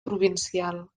provincial